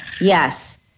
yes